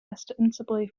ostensibly